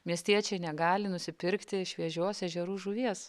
miestiečiai negali nusipirkti šviežios ežerų žuvies